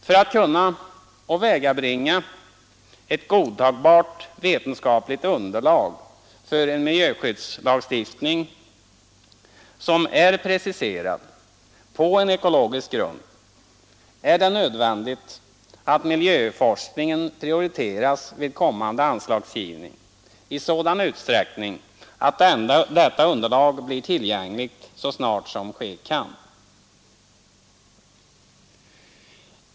för att kunna gabringa ett godtagbart vetenskapligt underlag för en miljöskyddslagstiftning som är preciserad på en ekologisk grund är det nödvändigt att miljöforskningen vid kommande anslagsgivning prioriteras i sådan utsträckning att detta underlag blir tillgängligt så snart ske kan.